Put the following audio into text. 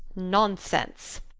nonsense,